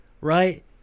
right